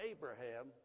Abraham